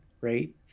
right